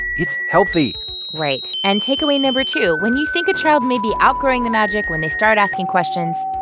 it's healthy right. and takeaway number two, when you think a child may be outgrowing the magic, when they start asking questions,